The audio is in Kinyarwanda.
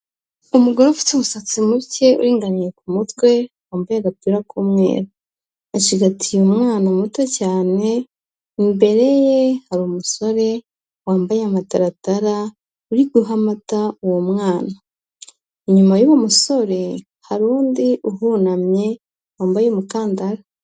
Umugore ufite umusatsi muke, uringaniye ku mutwe, wambaye agapira k'umweru. Acigatiye umwana muto cyane, imbere ye hari umusore wambaye amataratara, uri guha amata uwo mwana. Inyuma y'uwo musore, hari undi uhunamye, wambaye umukandara.